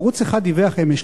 ערוץ-1 דיווח אמש,